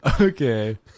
Okay